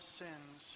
sins